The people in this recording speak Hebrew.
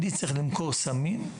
אני צריך למכור סמים,